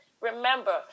Remember